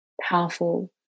powerful